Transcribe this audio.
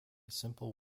simple